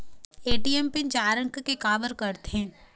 ATM PIN चार अंक के का बर करथे?